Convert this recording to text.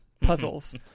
Puzzles